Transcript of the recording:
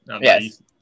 Yes